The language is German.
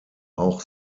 auch